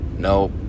no